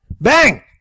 Bang